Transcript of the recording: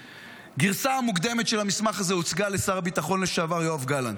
גרסה מוקדמת של המסמך הזה הוצגה לשר הביטחון לשעבר יואב גלנט.